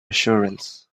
assurance